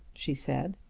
she said.